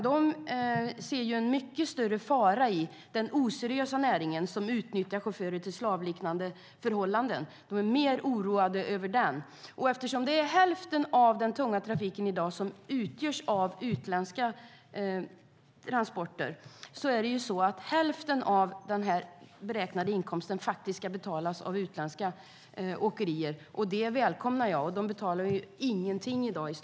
De ser en mycket större fara i den oseriösa näringen som utnyttjar chaufförer under slavliknande förhållanden och är mer oroade över det.